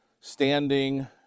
standing